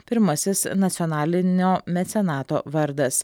pirmasis nacionalinio mecenato vardas